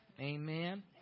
Amen